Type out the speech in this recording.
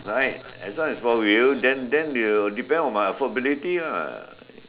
right as long as four wheel then then will depend on my affordability lah